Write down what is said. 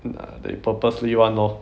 they purposely [one] lor